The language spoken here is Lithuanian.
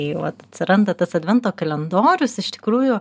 tai vat atsiranda tas advento kalendorius iš tikrųjų